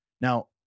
Now